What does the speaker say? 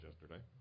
yesterday